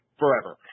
forever